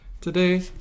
Today